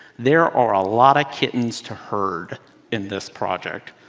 there are a lot of kittens to heard in this project.